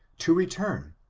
to return,